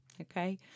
okay